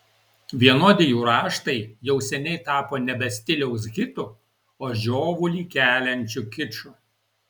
vienodi jų raštai jau seniai tapo nebe stiliaus hitu o žiovulį keliančiu kiču